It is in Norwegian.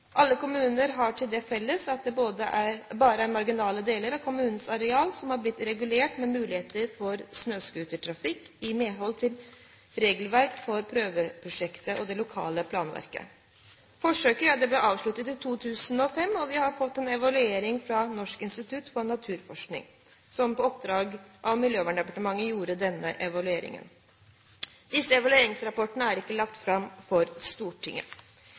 Alle kommunene har det til felles at det bare er marginale deler av kommunenes areal som har blitt regulert med mulighet for snøscootertrafikk i medhold av regelverket for prøveprosjektet og det lokale planverket. Forsøket ble avsluttet i 2005, og vi har fått en evaluering fra Norsk institutt for naturforskning, som på oppdrag fra Miljøverndepartementet gjorde denne evalueringen. Disse evalueringsrapportene er ikke lagt fram for Stortinget.